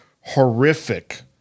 horrific